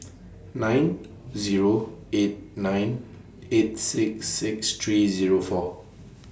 nine Zero eight nine eight six six three Zero four